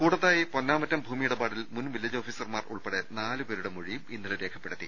കൂടത്തായി പൊന്നാമറ്റം ഭൂമി ഇടപാടിൽ മുൻ വില്ലേജ് ഓഫീസർമാർ ഉൾപ്പെടെ നാലുപേരുടെ മൊഴിയും ഇന്നലെ രേഖപ്പെടുത്തി